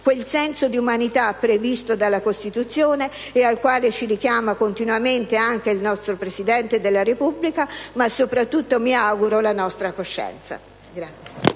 quel senso di umanità previsto dalla Costituzione e al quale ci richiama continuamente anche il nostro Presidente della Repubblica, ma soprattutto, mi auguro, la nostra coscienza.